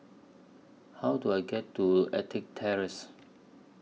How Do I get to Ettrick Terrace